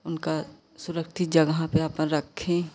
उनका सुरक्षित जगह पे अपन रखें